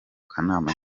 kanama